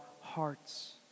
hearts